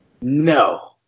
no